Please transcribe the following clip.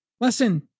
Listen